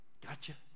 gotcha